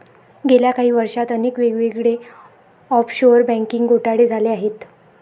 गेल्या काही वर्षांत अनेक वेगवेगळे ऑफशोअर बँकिंग घोटाळे झाले आहेत